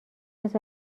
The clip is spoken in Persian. است